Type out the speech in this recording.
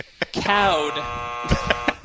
Cowed